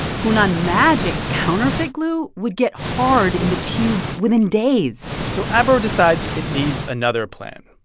hunan magic's counterfeit glue would get hard in the tube within days so abro decides it needs another plan,